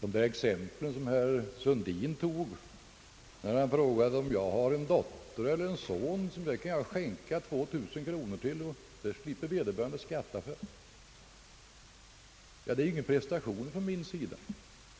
Herr talman! Herr Sundin tog som exempel, att om jag har en dotter eller en son som jag skänker 2000 kronor så slipper vederbörande skatta för det beloppet. Det är, herr Sundin, ju ingen prestation från min sida.